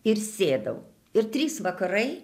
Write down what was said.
ir sėdau ir trys vakarai